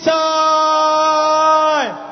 time